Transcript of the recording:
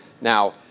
Now